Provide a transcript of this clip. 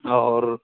اور